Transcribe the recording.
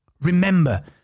Remember